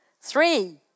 Three